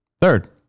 Third